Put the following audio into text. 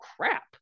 crap